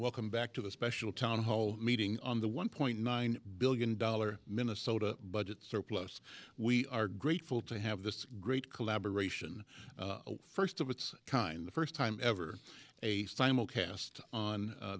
welcome back to this special town hall meeting on the one point nine billion dollar minnesota budget surplus we are grateful to have this great collaboration first of its kind the first time ever a cast on